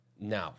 Now